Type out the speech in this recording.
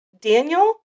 Daniel